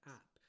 app